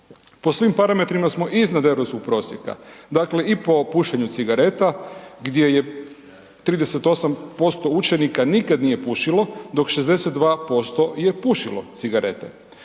po svim parametrima smo iznad europskog prosjeka. Dakle i po pušenju cigareta gdje je 38% učenika nikad nije pušilo, dok 62% je pušilo cigarete.